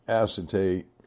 acetate